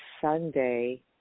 Sunday